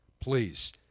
Please